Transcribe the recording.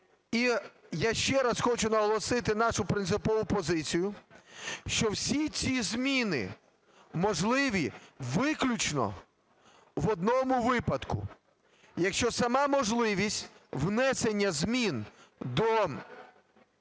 І я ще раз хочу наголосити нашу принципову позицію, що всі ці зміни можливі виключно в одному випадку: якщо сама можливість внесення змін до